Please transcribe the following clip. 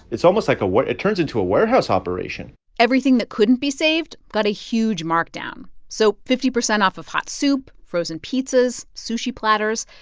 it's almost like ah a it turns into a warehouse operation everything that couldn't be saved got a huge markdown so fifty percent off of hot soup, frozen pizzas, sushi platters.